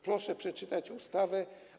Proszę przeczytać ustawę.